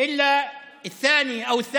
ופתאום אתה רואה שאתה נמצא במקום השני,